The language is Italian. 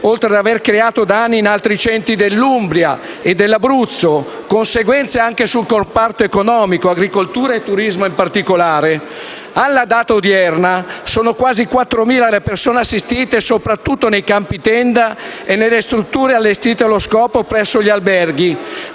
oltre ad aver creato danni in altri centri dell'Umbria e dell'Abruzzo e conseguenze anche sul comparto economico, agricolo e del turismo in particolare. Alla data odierna sono quasi 4.000 le persone assistite soprattutto nei campi tenda e nelle strutture allestite allo scopo o presso gli alberghi: